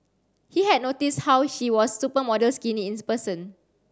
he had noticed how she was supermodel skinny in person